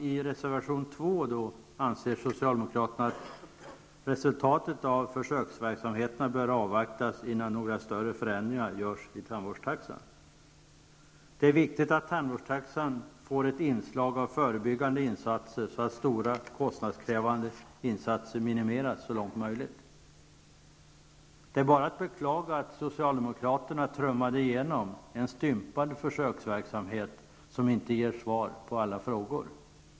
I reservation 2 anser socialdemokraterna att resultatet av försöksverksamheterna bör avvaktas innan några större förändringar görs i tandvårdstaxan. Det är viktigt att tandvårdstaxan får ett inslag av förebyggande verksamhet, så att stora kostnadskrävande insatser så långt möjligt minimeras. Det är bara att beklaga att socialdemokraterna trummade igenom en stympad försöksverksamhet, som inte ger svar på alla frågor.